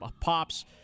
pops